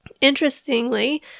Interestingly